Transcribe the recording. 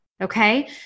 Okay